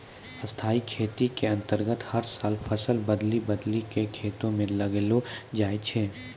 स्थाई खेती के अन्तर्गत हर साल फसल बदली बदली कॅ खेतों म लगैलो जाय छै